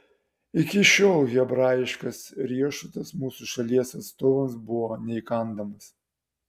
iki šiol hebrajiškas riešutas mūsų šalies atstovams buvo neįkandamas